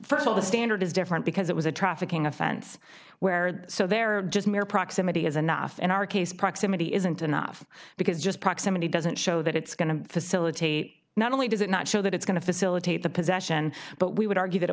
first of all the standard is different because it was a trafficking offense where so there are just mere proximity is enough in our case proximity isn't enough because just proximity doesn't show that it's going to facilitate not only does it not show that it's going to facilitate the possession but we would argue that it